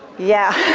yeah,